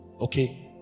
okay